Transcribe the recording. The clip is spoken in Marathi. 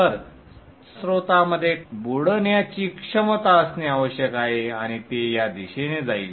तर स्त्रोतामध्ये बुडण्याची क्षमता असणे आवश्यक आहे आणि ते या दिशेने जाईल